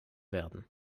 werden